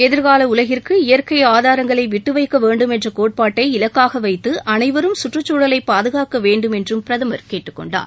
எதிர்கால உலகிற்கு இயற்கை ஆதாரங்களை விட்டுவைக்க வேண்டும் என்ற கோட்பாட்டை இலக்காக வைத்து அனைவரும் கற்றுச்சூழலை பாதுகாக்க வேண்டும் என்றும் பிரதமர் கேட்டுக்கொண்டார்